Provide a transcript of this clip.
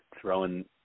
throwing